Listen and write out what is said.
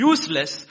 Useless